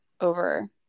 over